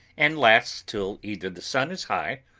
and lasts till either the sun is high,